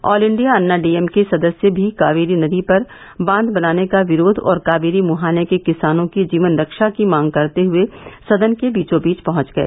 all India Anna DMK सदस्य भी कावेरी नदी पर बांध बनाने का विरोध और कावेरी मुहाने के किसानों की जीवन रक्षा की मांग करते हुए सदन के बीचो बीच पहुंच गए